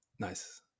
nice